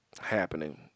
happening